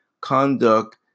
conduct